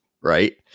Right